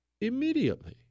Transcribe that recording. immediately